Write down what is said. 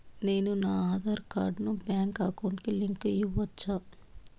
నేను నా ఆధార్ కార్డును బ్యాంకు అకౌంట్ కి లింకు ఇవ్వొచ్చా?